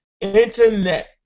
Internet